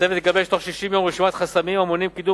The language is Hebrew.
הצוות יגבש בתוך 60 יום רשימת חסמים המונעים קידום